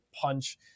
punch